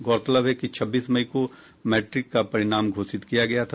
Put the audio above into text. गौरतलब है कि छब्बीस मई को मैट्रिक का परिणाम घोषित किया गया था